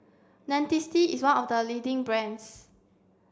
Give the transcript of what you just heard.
Dentiste is one of the leading brands